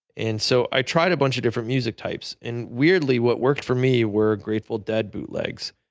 and so i tried a bunch of different music types and weirdly what worked for me were grateful dead bootlegs.